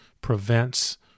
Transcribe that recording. prevents